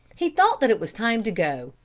he thought that it was time to go,